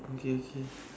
okay okay